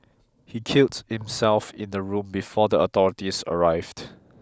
he killed himself in the room before the authorities arrived